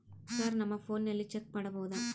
Sir ನಮ್ಮ ಫೋನಿನಲ್ಲಿ check ಮಾಡಬಹುದಾ?